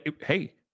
Hey